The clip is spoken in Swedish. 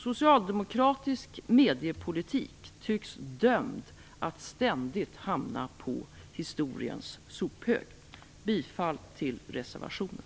Socialdemokratisk mediepolitik tycks dömd att ständigt hamna på historiens sophög. Jag yrkar bifall till reservationen.